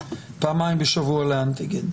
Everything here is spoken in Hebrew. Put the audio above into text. פעמיים בשבוע לבדיקת אנטיגן,